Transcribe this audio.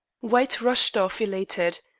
white rushed off elated.